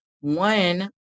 one